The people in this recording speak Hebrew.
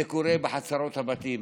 זה קורה בחצרות הבתים,